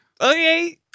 okay